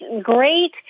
great